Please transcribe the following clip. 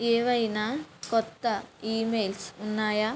ఏవైనా కొత్త ఈమెయిల్స్ ఉన్నాయా